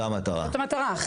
זאת המטרה.